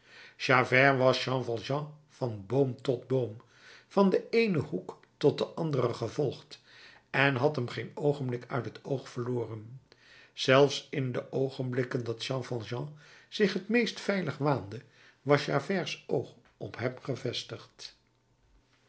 javert was jean valjean van boom tot boom van den eenen hoek tot den anderen gevolgd en had hem geen oogenblik uit het oog verloren zelfs in de oogenblikken dat jean valjean zich het meest veilig waande was javerts oog op hem gevestigd